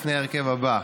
לפי ההרכב הבא: